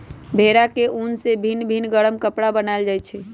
भेड़ा के उन से भिन भिन् गरम कपरा बनाएल जाइ छै